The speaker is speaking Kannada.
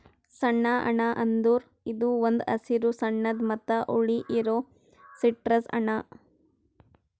ಸುಣ್ಣ ಹಣ್ಣ ಅಂದುರ್ ಇದು ಒಂದ್ ಹಸಿರು ಬಣ್ಣದ್ ಮತ್ತ ಹುಳಿ ಇರೋ ಸಿಟ್ರಸ್ ಹಣ್ಣ